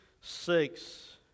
six